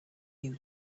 you